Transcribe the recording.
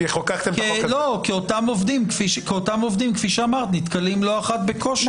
כי אותם עובדים נתקלים לא אחת בקושי.